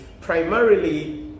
primarily